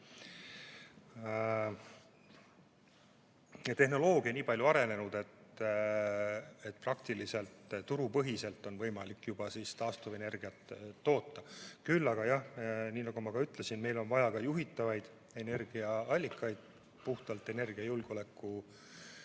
tehnoloogia nii palju arenenud, et praktiliselt turupõhiselt on võimalik juba taastuvenergiat toota. Küll aga, jah, nii nagu ma ka ütlesin, meil on vaja ka juhitavaid energiaallikaid, puhtalt energiajulgeoleku